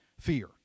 fear